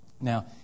Now